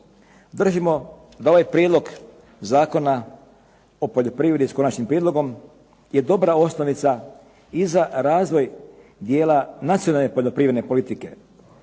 Držimo da ovaj Prijedlog zakona o poljoprivredi s Konačnim prijedlogom je dobra osnovica i za razvoj dijela nacionalne poljoprivredne politike